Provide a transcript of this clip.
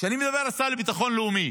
כשאני מדבר על השר לביטחון לאומי,